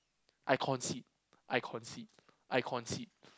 I concede I concede I concede